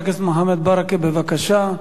חבר הכנסת מוחמד ברכה, בבקשה.